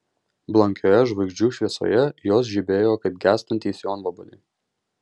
blankioje žvaigždžių šviesoje jos žibėjo kaip gęstantys jonvabaliai